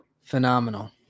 phenomenal